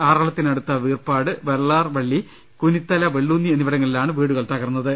ആറളത്തിന ടുത്ത വീർപാട് വെള്ളാർവള്ളി കുനിത്തല വെള്ളൂന്നി എന്നിവിടളിലാണ് വീടു കൾ തകർന്നത്